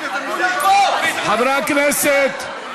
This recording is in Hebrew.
חברי הכנסת,